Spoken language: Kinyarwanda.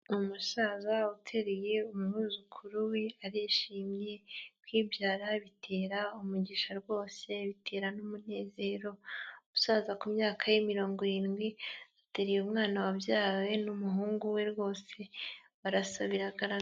Umusaza uteye umwuzukuru we arishimye, kwibyara bitera umugisha rwose bitera n'umunezero, umusaza ku myaka ye mirongo irindwi ateruye umwana wabyawe n'umuhungu we rwose barasa biragaragara.